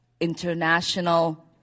international